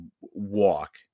walk